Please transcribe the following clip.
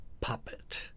puppet